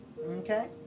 Okay